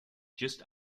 just